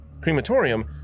crematorium